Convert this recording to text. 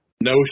No